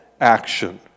action